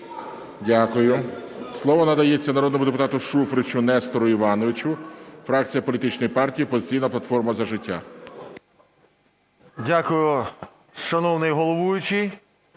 Дякую. Слово надається народному депутату Шуфричу Нестору Івановичу, фракція політичної партії "Опозиційна платформа - За життя". 10:35:30 ШУФРИЧ Н.І. Дякую, шановний головуючий.